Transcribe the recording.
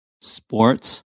sports